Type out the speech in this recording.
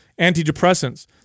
antidepressants